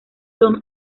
son